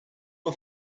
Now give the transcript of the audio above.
are